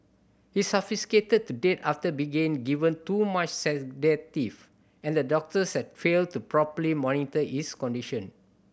he suffocated to death after begin given too much sedative and the doctors had failed to properly monitor his condition